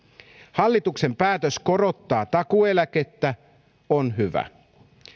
hallituksen päätös korottaa takuueläkettä on hyvä